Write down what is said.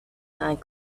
and